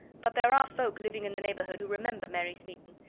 but there are folk living in the neighbourhood who remember mary smeaton.